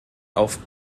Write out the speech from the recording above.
auf